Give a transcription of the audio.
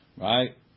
Right